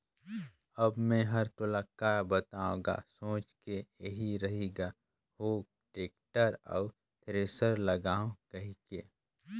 अब मे हर तोला का बताओ गा सोच के एही रही ग हो टेक्टर अउ थेरेसर लागहूँ कहिके